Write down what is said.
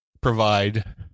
provide